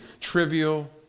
trivial